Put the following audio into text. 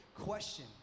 question